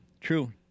True